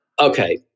Okay